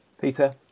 Peter